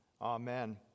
Amen